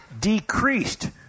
decreased